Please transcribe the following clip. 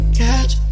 catch